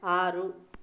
ಆರು